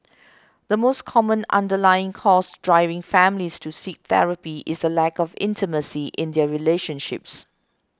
the most common underlying cause driving families to seek therapy is the lack of intimacy in their relationships